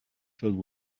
filled